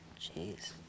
Jeez